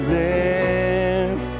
live